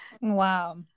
Wow